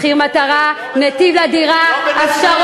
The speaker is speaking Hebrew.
מחיר מטרה, "נתיב לדירה" לא בדיבורים.